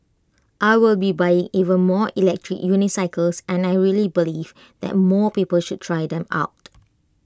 I will be buying even more electric unicycles and I really believe that more people should try them out